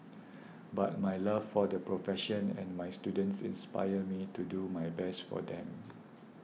but my love for the profession and my students inspires me to do my best for them